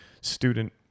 student